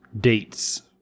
dates